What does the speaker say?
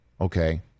Okay